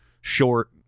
short